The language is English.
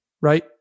right